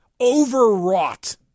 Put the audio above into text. overwrought